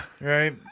right